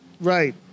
Right